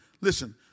listen